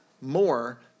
more